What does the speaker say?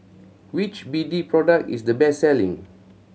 which B D product is the best selling